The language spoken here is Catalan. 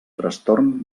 trastorn